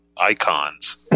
icons